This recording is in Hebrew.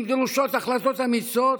אם דרושות החלטות אמיצות,